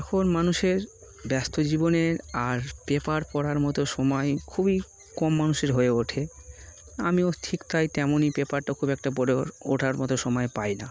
এখন মানুষের ব্যস্ত জীবনের আর পেপার পড়ার মতো সময় খুবই কম মানুষের হয়ে ওঠে আমিও ঠিক তাই তেমনই পেপারটা খুব একটা পড়ে ওঠার মতো সময় পাই না